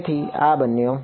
તેથી આ આ બન્યું